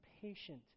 patient